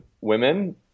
women